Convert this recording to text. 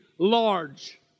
large